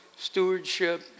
Stewardship